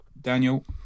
Daniel